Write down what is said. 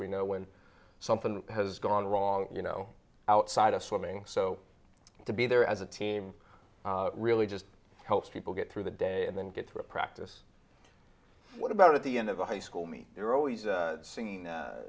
we know when something has gone wrong you know outside of swimming so to be there as a team really just helps people get through the day and get through practice what about at the end of a high school me you're always singing